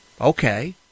Okay